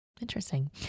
interesting